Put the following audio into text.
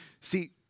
See